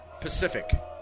Pacific